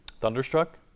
thunderstruck